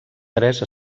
tres